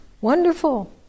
Wonderful